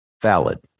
Valid